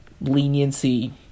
leniency